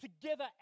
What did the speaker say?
together